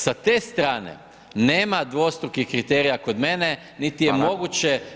Sa te strane nema dvostrukih kriterija kod mene niti je moguće